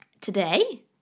today